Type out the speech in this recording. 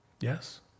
Yes